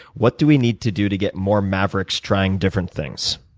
what do we need to do to get more mavericks trying different things?